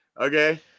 okay